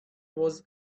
was